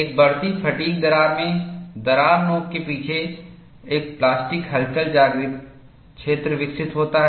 एक बढ़ती फ़ैटिग् दरार में दरार नोक के पीछे एक प्लास्टिक हलचल जागृत क्षेत्र विकसित होता है